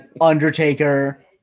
Undertaker